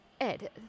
Ed